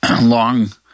long